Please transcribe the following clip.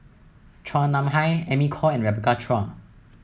Chua Nam Hai Amy Khor and Rebecca Chua